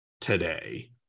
today